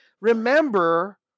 Remember